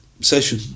session